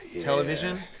television